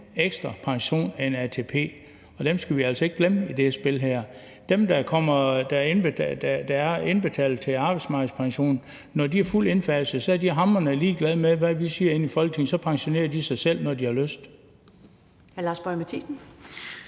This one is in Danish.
ekstra pension end ATP, og dem skal vi altså ikke glemme i det her spil. Dem, der har indbetalt til arbejdsmarkedspensionen, når den er fuldt indfaset, er hamrende ligeglade med, hvad vi siger herinde i Folketinget. De pensionerer sig selv, når de har lyst.